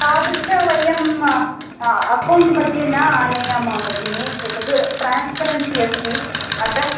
तादृशं वयं अकौण्ट् मध्ये न आनयामः भगिनि एतद् ट्रान्स्परेन्सि अस्ति अतः